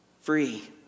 Free